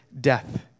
death